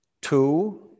two